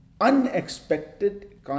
unexpected